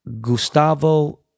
Gustavo